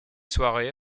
soirées